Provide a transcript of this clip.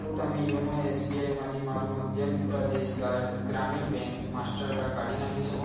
શું તમે યોનો એસબીઆઈમાંથી મારું મધ્ય પ્રદેશ ગાર ગ્રામીણ બેંક માસ્ટરકાર્ડ કાઢી નાખી શકો